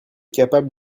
capable